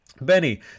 Benny